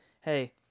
hey